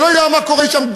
שלא יודע מה קורה שם.